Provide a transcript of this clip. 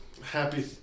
happy